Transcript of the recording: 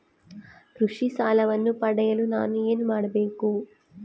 ಕೃಷಿ ಸಾಲವನ್ನು ಪಡೆಯಲು ನಾನು ಏನು ಮಾಡಬೇಕು?